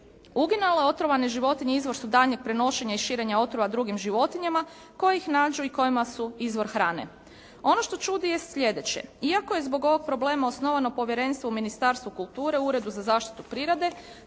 Uginule otrovane životinje izvor su daljnjeg prenošenja i širenja otrova drugim životinjama koje ih nađu i kojima su izvor hrane. Ono što čudi je sljedeće, iako je zbog ovog problema osnovano povjerenstvo u Ministarstvu kulture u Uredu za zaštitu prirode